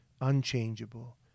unchangeable